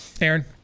Aaron